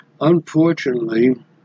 Unfortunately